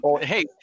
Hey